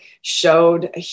showed